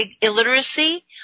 illiteracy